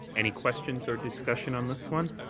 any questions or discussion on this one?